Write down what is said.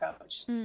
coach